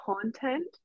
content